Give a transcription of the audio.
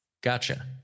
Gotcha